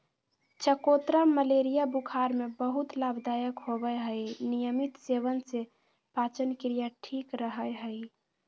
चकोतरा मलेरिया बुखार में बहुत लाभदायक होवय हई नियमित सेवन से पाचनक्रिया ठीक रहय हई